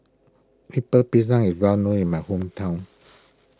Lemper Pisang is well known in my hometown